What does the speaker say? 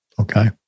Okay